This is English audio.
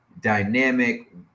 dynamic